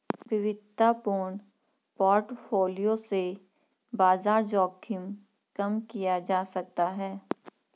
विविधतापूर्ण पोर्टफोलियो से बाजार जोखिम कम किया जा सकता है